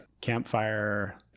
campfire